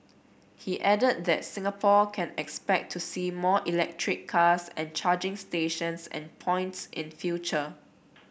he added that Singapore can expect to see more electric cars and charging stations and points in future